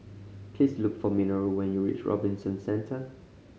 please look for Minoru when you reach Robinson Centre